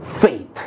faith